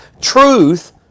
Truth